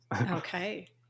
Okay